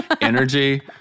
energy